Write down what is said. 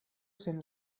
sen